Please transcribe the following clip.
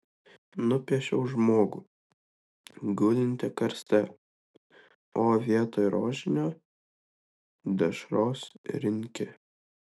nupiešiau žmogų gulintį karste o vietoj rožinio dešros rinkė